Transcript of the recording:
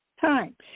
time